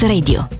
Radio